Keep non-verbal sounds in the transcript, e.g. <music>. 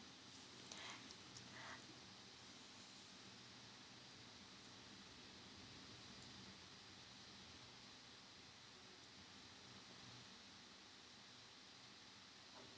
<breath>